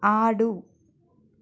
ఆడు